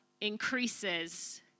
increases